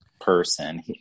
person